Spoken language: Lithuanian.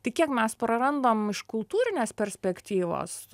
tai kiek mes prarandam iš kultūrinės perspektyvos